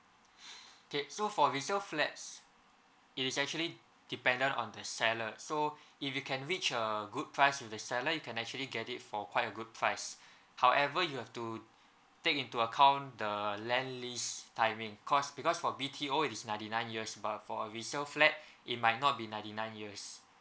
okay so for resale flats it is actually dependent on the seller so if you can reach a good price with the seller you can actually get it for quite a good price however you have to take into account the land lease timing cause because for B_T_O it is ninety nine years but for a resale flat it might not be ninety nine years